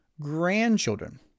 grandchildren